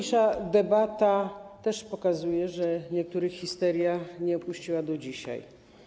Zresztą ta debata też pokazuje, że niektórych histeria nie opuściła do dzisiaj.